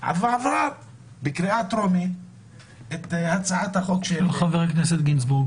עברה בקריאה טרומית הצעתו של חבר הכנסת גינזבורג